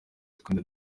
utwenda